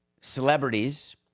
celebrities